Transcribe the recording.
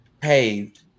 paved